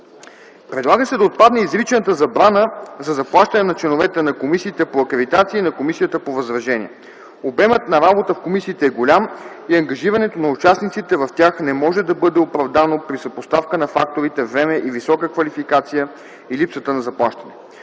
Предлага се да отпадне изричната забрана за заплащане на членовете на Комисиите по акредитация и Комисията по възражения. Обемът на работата на комисията е голям и ангажирането на участниците в тях не може да бъде оправдано при съпоставка на факторите време и висока квалификация и липсата на заплащане.